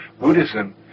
Buddhism